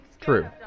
True